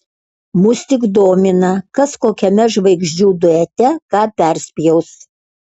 mus tik domina kas kokiame žvaigždžių duete ką perspjaus